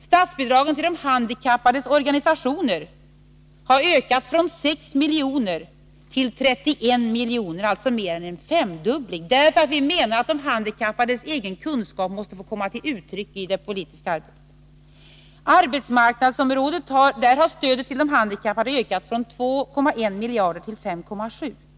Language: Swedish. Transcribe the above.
Statsbidragen till de handikappades organisationer har ökat från 6 milj.kr. till 31 milj.kr., alltså mer än en femdubbling, därför att vi menar att de handikappades egen kunskap måste få komma till uttryck i det politiska arbetet. På arbetsmarknadens område har stödet till de handikappade ökat från 2,1 miljarder till 5,7 miljarder.